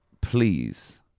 please